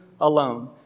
alone